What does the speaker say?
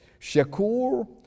Shakur